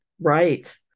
right